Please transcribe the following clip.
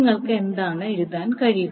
നിങ്ങൾക്ക് എന്താണ് എഴുതാൻ കഴിയുക